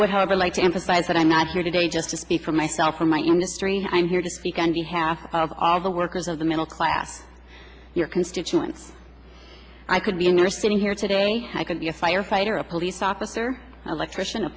would however like to emphasize that i'm not here today just to speak for myself or my industry i'm here to speak on behalf of all the workers of the middle class your constituents i could be in there sitting here today i could be a firefighter a police officer electrician a